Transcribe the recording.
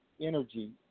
energy